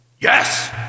Yes